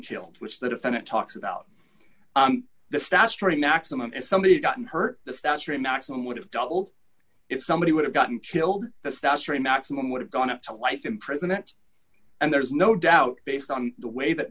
killed which the defendant talks about the statutory maximum is somebody's gotten hurt the statutory maximum would have doubled if somebody would have gotten killed the statutory maximum would have gone up to life imprisonment and there's no doubt based on the way that